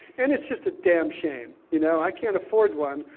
and it's just a damn shame, you know. i can't afford one,